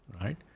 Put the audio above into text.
right